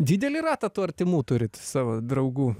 didelį ratą tų artimų turit savo draugų